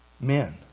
men